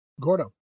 Gordo